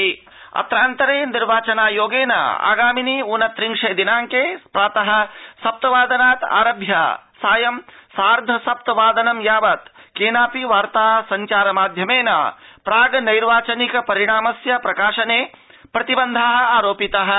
निर्वाचनपरिणाम प्रतिबन्ध अत्रान्तरे निर्वाचनायोगेन आगामिनि ऊन त्रिंशे दिनांके प्रातः सप्तवादनात् आरभ्य सायं सार्ध सप्त वादनं यावत् केनापि वार्ता संचार माध्यमेन प्राग्नैर्वाचनिक परिणामस्य प्रकाशने प्रतिबन्धः आरोपितः अस्ति